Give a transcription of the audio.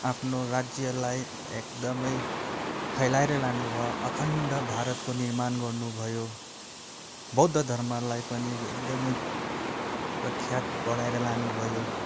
आफ्नो राज्यलाई एकदमै फैलाएर लानु भयो अखण्ड भारतको निर्माण गर्नु भयो बौद्ध धर्मलाई पनि एकदमै प्रख्यात बढाएर लानु भयो